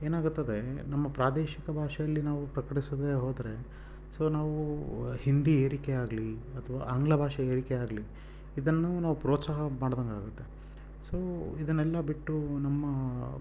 ಏನಾಗುತ್ತದೆ ನಮ್ಮ ಪ್ರಾದೇಶಿಕ ಬಾಷೆಯಲ್ಲಿ ನಾವು ಪ್ರಕಟಿಸದೇ ಹೋದರೆ ಸೊ ನಾವು ಹಿಂದಿ ಹೇರಿಕೆ ಆಗಲಿ ಅಥ್ವಾ ಆಂಗ್ಲ ಭಾಷೆ ಹೇರಿಕೆ ಆಗಲಿ ಇದನ್ನು ನಾವು ಪ್ರೋತ್ಸಾಹ ಮಾಡಿದಂಗಾಗುತ್ತೆ ಸೊ ಇದನ್ನೆಲ್ಲ ಬಿಟ್ಟು ನಮ್ಮ